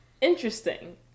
Interesting